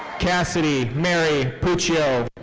kassidy mary putchio.